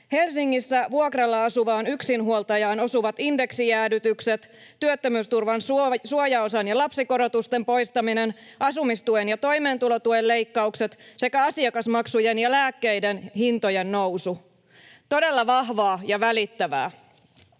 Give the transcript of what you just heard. Helsingissä vuokralla asuvaan yksinhuoltajaan osuvat indeksijäädytykset, työttömyysturvan suojaosan ja lapsikorotusten poistaminen, asumistuen ja toimeentulotuen leikkaukset sekä asiakasmaksujen ja lääkkeiden hintojen nousu — todella vahvaa ja välittävää.